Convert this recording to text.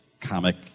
comic